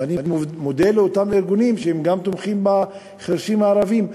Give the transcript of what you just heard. ואני מודה לאותם ארגונים שגם תומכים בחירשים הערבים,